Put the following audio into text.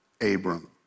Abram